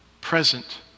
present